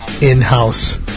in-house